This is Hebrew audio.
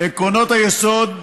עקרונות יסוד.